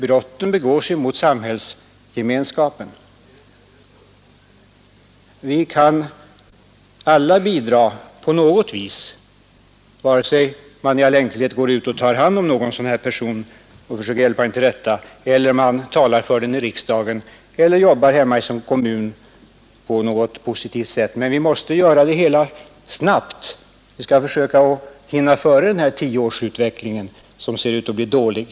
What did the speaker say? Brotten begås i stället mot samhällsgemenskapen. Mot oss alla. Vi kan därför alla på något sätt ge ett bidrag. Vi kan i all enkelhet ta oss an en sådan här person och försöka hjälpa honom till rätta. Vi kan tala för honom i riksdagen eller jobba för honom hemma i kommunen på något positivt sätt. Men huvudsaken är att det hela sker snabbt. Vi måste försöka hinna före tioårsutvecklingen, som ser ut att bli dålig.